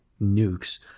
nukes